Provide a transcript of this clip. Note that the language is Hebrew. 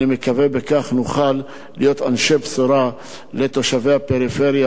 אני מקווה שבכך נוכל להיות אנשי בשורה לתושבי הפריפריה